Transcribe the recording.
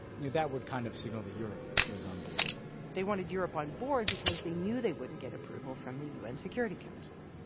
that would kind of signal that europe was onboard they wanted europe onboard because they knew they wouldn't get approval from the u n. security council.